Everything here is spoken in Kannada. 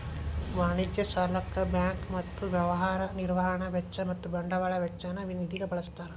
ವಾಣಿಜ್ಯ ಸಾಲಕ್ಕ ಬ್ಯಾಂಕ್ ಮತ್ತ ವ್ಯವಹಾರ ನಿರ್ವಹಣಾ ವೆಚ್ಚ ಮತ್ತ ಬಂಡವಾಳ ವೆಚ್ಚ ನ್ನ ನಿಧಿಗ ಬಳ್ಸ್ತಾರ್